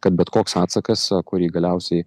kad bet koks atsakas kurį galiausiai